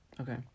Okay